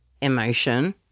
emotion